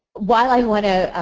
while i want to,